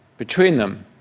between them,